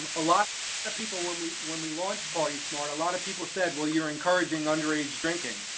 a lot of people, when we when we launched prtysmrt, a lot of people said, well you're encouraging underage drinking.